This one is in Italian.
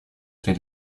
tre